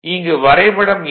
இங்கு வரைபடம் எண்